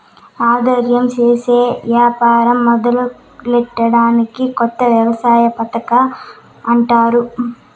దయిర్యం సేసి యాపారం మొదలెట్టడాన్ని కొత్త వ్యవస్థాపకత అంటారు